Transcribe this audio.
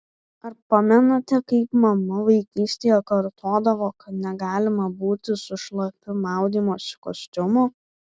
ar pamenate kaip mama vaikystėje kartodavo kad negalima būti su šlapiu maudymosi kostiumu